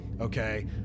Okay